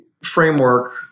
framework